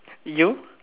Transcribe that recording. you